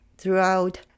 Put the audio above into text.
Throughout